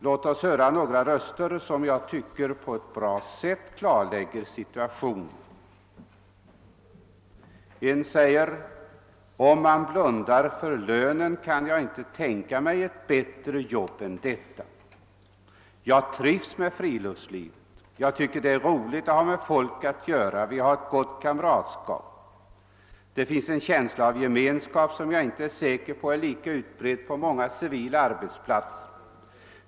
Låt oss lyssna till några uttalanden som jag tycker på ett bra sätt klarlägger situationen. En säger: >»Om man blundar för lönen, kan jag inte tänka mig ett bättre jobb än detta. Jag trivs med friluftslivet. Jag tycker det är roligt att ha med folk att göra. Vi har ett gott kamratskap. Det finns en känsla av gemenskap som jag inte är säker på är lika utbredd på många civila arbetsplatser.